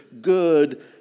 good